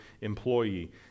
employee